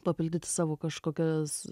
papildyti savo kažkokias